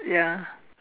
ya